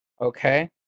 Okay